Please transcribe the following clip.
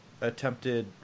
attempted